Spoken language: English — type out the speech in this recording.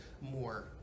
more